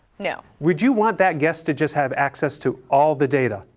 no. would you want that guest to just have access to all the data?